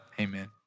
Amen